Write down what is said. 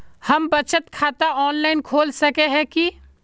हम बचत खाता ऑनलाइन खोल सके है की?